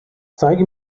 zeige